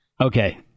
Okay